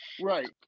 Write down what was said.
Right